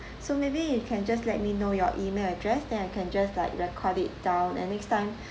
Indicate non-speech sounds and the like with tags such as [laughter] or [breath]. so maybe you can just let me know your email address then I can just like record it down and next time [breath]